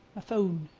phone.